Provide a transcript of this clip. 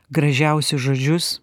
gražiausius žodžius